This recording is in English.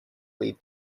lead